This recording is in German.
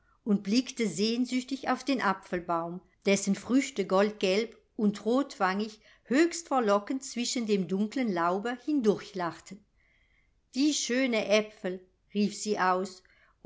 und blickte sehnsüchtig auf den apfelbaum dessen früchte goldgelb und rotwangig höchst verlockend zwischen dem dunklen laube hindurch lachten die schöne aepfel rief sie aus